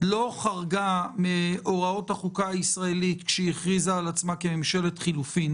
לא חרגה מהוראות החוקה הישראלית כשהיא הכריזה על עצמה כממשלת חילופים.